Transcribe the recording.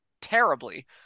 terribly